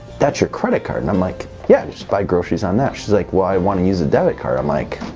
that's your credit card. and i'm like yes buy groceries on that. she's like well i want to use a debit card. i'm like